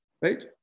Right